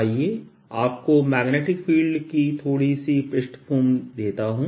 आइए आपको magnetic field कि थोड़ी सी पृष्ठभूमि देता हूं